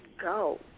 go